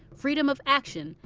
freedom of action,